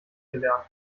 gelernt